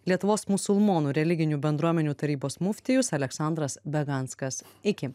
lietuvos musulmonų religinių bendruomenių tarybos muftijus aleksandras beganskas iki